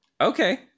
Okay